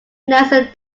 nelson